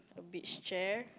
beach chair